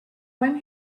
when